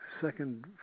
second